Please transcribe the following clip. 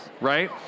Right